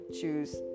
choose